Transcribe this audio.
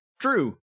True